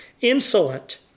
insolent